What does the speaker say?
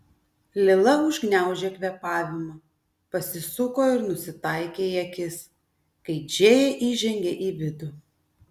lila užgniaužė kvėpavimą pasisuko ir nusitaikė į akis kai džėja įžengė į vidų